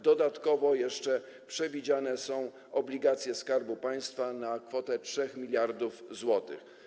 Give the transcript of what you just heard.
Dodatkowo jeszcze przewidziane są obligacje Skarbu Państwa na kwotę 3 mld zł.